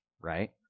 right